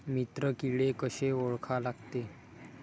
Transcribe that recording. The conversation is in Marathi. मित्र किडे कशे ओळखा लागते?